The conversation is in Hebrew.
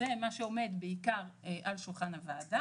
זה מה שעומד בעיקר על שולחן הוועדה,